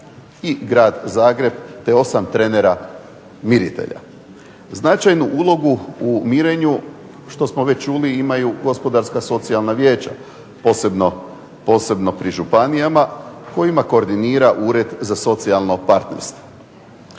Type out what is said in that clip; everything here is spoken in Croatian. i Grad Zagreb, te 8 trenera miritelja. Značajnu ulogu u mirenju što smo već čuli imaju Gospodarska socijalna vijeća posebno pri županijama kojima koordinira Ured za socijalno partnerstvo.